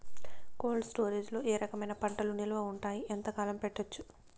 Cold storage లో ఏ రకమైన పంటలు నిలువ ఉంటాయి, ఎంతకాలం పెట్టొచ్చు?